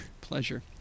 Pleasure